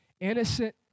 innocent